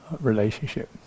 relationship